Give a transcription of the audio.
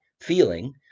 feeling